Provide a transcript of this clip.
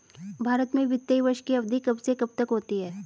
भारत में वित्तीय वर्ष की अवधि कब से कब तक होती है?